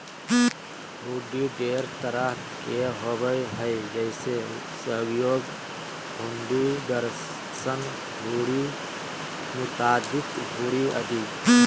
हुंडी ढेर तरह के होबो हय जैसे सहयोग हुंडी, दर्शन हुंडी, मुदात्ती हुंडी आदि